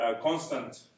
constant